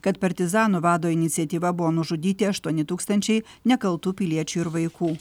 kad partizanų vado iniciatyva buvo nužudyti aštuoni tūkstančiai nekaltų piliečių ir vaikų